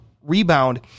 rebound